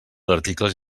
articles